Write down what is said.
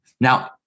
Now